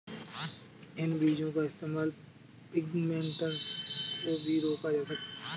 इन बीजो का इस्तेमाल पिग्मेंटेशन को भी रोका जा सकता है